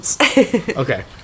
Okay